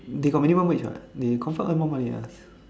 they got minimum wage what they confirm earn more money one